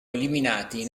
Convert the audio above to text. eliminati